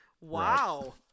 Wow